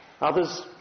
others